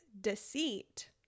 deceit